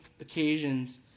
occasions